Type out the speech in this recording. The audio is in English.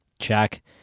check